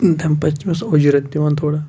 تَمہِ پَتہٕ چھِ تٔمِس اُجرَت پیوان تھوڑا